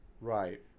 Right